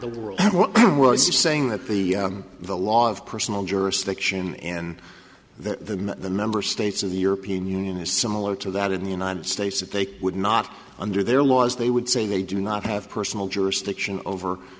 the world who were saying that the the law of personal jurisdiction in the the member states of the european union is similar to that in the united states that they would not under their laws they would say they do not have personal jurisdiction over